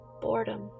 Boredom